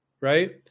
right